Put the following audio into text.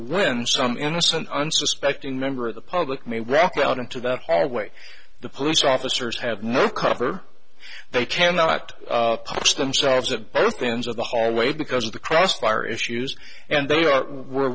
when some innocent unsuspecting member of the public may back out into the hard way the police officers have no cover they cannot post themselves at both ends of the hallway because of the crossfire issues and they are